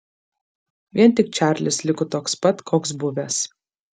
vien tik čarlis liko toks pat koks buvęs